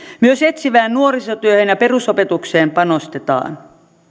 myös etsivään nuorisotyöhön ja perusopetukseen panostetaan